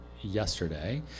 yesterday